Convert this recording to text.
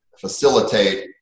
facilitate